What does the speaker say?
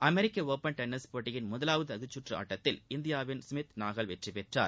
அமெரிக்க open tennis போட்டியின் முதலாவது தகுதி சுற்று ஆட்டத்தில் இந்தியாவின் சுமித் நாகல் வெற்றி பெற்றார்